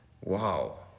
Wow